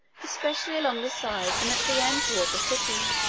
especially along the sides and at the end toward the city.